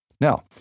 Now